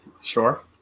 Sure